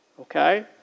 Okay